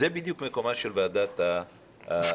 זה בדיוק מקומה של ועדת ההסכמות,